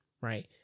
right